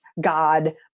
God